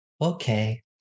Okay